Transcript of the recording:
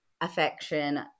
affection